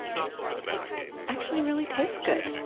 it it actually really tastes good